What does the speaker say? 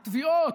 ותביעות.